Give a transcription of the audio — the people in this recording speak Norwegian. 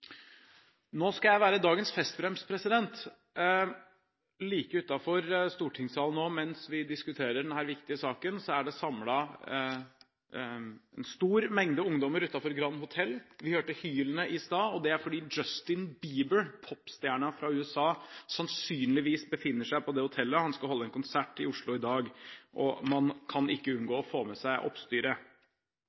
Nå skal jeg være dagens festbrems. Like utenfor stortingssalen – nå mens vi diskuterer denne viktige saken – er det samlet en stor mengde ungdommer utenfor Grand Hotel. Vi hørte hylene i stad, og det er fordi Justin Bieber, popstjernen fra USA, sannsynligvis befinner seg på det hotellet. Han skal holde en konsert i Oslo i dag, og man kan ikke unngå å få med seg oppstyret.